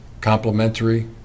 complementary